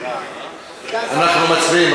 אנחנו מצביעים.